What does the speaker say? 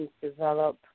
develop